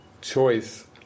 choice